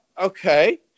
okay